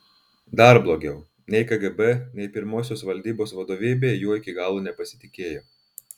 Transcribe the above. dar blogiau nei kgb nei pirmosios valdybos vadovybė juo iki galo nepasitikėjo